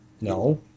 No